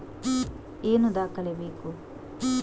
ಏನು ದಾಖಲೆ ಬೇಕು?